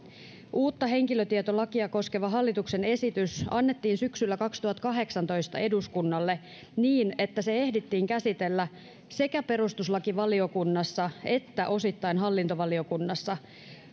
uutta henkilötietolakia koskeva hallituksen esitys annettiin syksyllä kaksituhattakahdeksantoista eduskunnalle niin että se ehdittiin käsitellä sekä perustuslakivaliokunnassa että osittain hallintovaliokunnassa